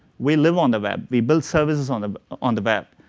we live on the web, we build services on ah on the web.